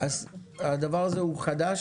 אז הדבר הזה הוא חדש?